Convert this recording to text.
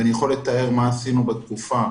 אני יכול לתאר מה עשינו בתקופה